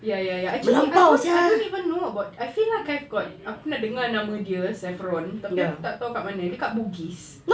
ya ya ya actually I don't even know about I feel like I've got aku pernah dengar nama dia saffron tapi aku tak tahu kat mana dia kat bugis